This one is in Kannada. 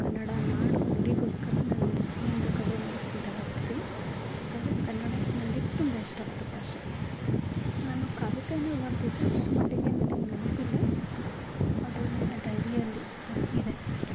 ಕನ್ನಡ ನಾಡು ನುಡಿಗೋಸ್ಕರ ನಾನು ಏನು ಬೇಕಾದರೂ ಮಾಡಕ್ಕೆ ಸಿದ್ಧವಾಗಿರ್ತೀವಿ ಯಾಕಂದರೆ ಕನ್ನಡ ನನಗೆ ತುಂಬ ಇಷ್ಟವಾದ ಭಾಷೆ ನಾನು ಕವಿತೆನ ಬರೆದಿದ್ದೆ ಅಷ್ಟರಮಟ್ಟಿಗೆ ನನಗೆ ನೆನಪಿಲ್ಲ ಅದು ನನ್ನ ಡೈರಿಯಲ್ಲಿ ಅದು ಇದೆ ಅಷ್ಟೆ